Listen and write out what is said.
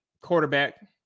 quarterback